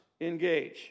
engage